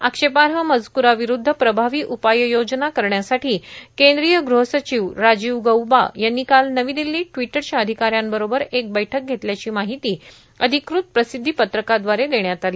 आक्षेपार्ह मजकराविरुध्द प्रभावी उपाययोजना करण्यासाठी केंद्रीय गृहसचिव राजीव गौबा यांनी काल नवी दिल्लीत ट्विटरच्या अधिकाऱ्यांबरोबर एक बैठक घेतल्याची माहिती अधिकृत प्रसिध्दीपत्रकाद्वारे देण्यात आली